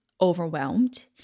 overwhelmed